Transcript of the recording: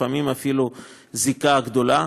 לפעמים אפילו זיקה גדולה,